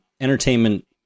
Entertainment